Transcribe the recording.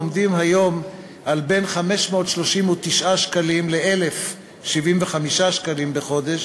העומדים היום על בין 539 שקלים ל-1,075 שקלים בחודש,